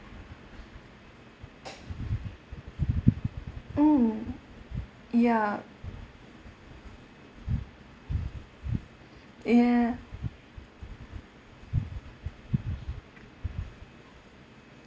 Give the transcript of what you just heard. mm ya ya